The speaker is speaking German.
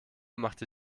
machte